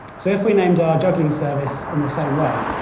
so, if we named our juggling service in the same way,